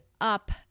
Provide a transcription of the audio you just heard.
up